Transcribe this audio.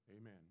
Amen